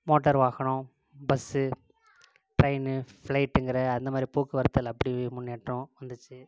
motor வாகனம் bus train பிளைட்டுங்கிற அந்த மாதிரி போக்குவரத்தில் அப்பிடியே முன்னேற்றம் வந்துச்சு